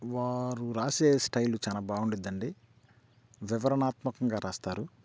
వారు రాసే స్టైల్ చాలా బాగుంటుద్దండి వివరణాత్మకంగా రాస్తారు